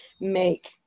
make